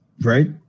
Right